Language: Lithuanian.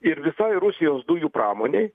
ir visai rusijos dujų pramonei